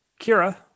Kira